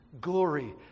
Glory